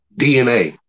DNA